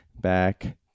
back